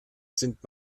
sind